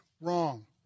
wrong